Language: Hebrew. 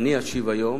אני משיב היום